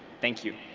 thank you.